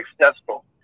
successful